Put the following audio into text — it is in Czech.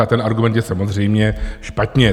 A ten argument je samozřejmě špatně.